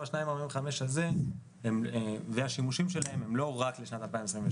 ה-2.45% האלה והשימושים שלהם הם לא רק לשנת 2022,